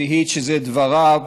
זיהית שאלו דבריו.